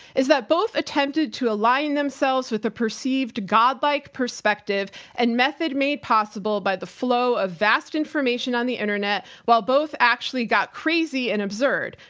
is that both attempted to align themselves with the perceived godlike perspective and method made possible by the flow of vast information on the internet while both actually got crazy and absurd.